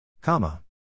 Comma